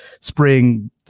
spring